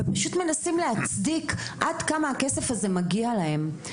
ופשוט מנסים להצדיק עד כמה הכסף הזה מגיע להם.